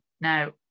Now